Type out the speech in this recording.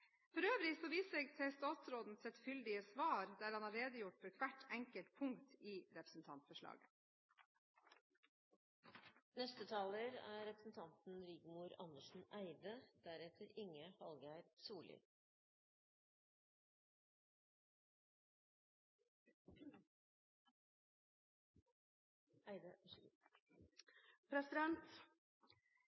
For øvrig viser jeg til statsrådens fyldige svar, der han redegjorde for hvert enkelt punkt i representantforslaget. De små og mellomstore bedriftene er